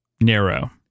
narrow